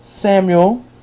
Samuel